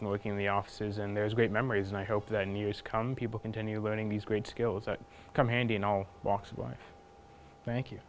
smoking in the offices and there's great memories and i hope that in us comfortable continue learning these great skills that come handy in all walks of life thank you